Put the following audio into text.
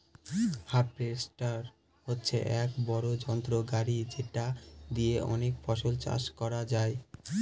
harvester হচ্ছে এক বড়ো যন্ত্র গাড়ি যেটা দিয়ে অনেক ফসল চাষ করা যায়